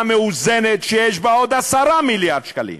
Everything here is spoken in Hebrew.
מאוזנת שיש בה עוד 10 מיליארד שקלים.